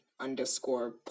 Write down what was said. underscore